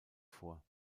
vor